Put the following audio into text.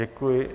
Děkuji.